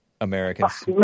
Americans